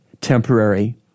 temporary